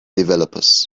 developers